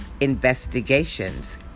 Investigations